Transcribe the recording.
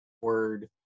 word